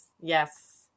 yes